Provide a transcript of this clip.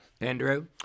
andrew